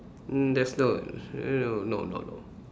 mm there's no err no no no no